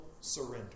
surrender